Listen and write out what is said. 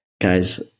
Guys